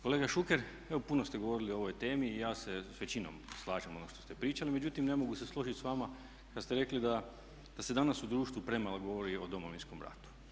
Kolega Šuker evo puno ste govorili o ovoj temi i ja se s većinom slažem ono što ste pričali, međutim ne mogu se složiti s vama kad ste rekli da se danas u društvu premalo govori o Domovinskom ratu.